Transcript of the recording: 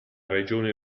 regione